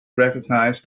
recognize